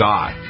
God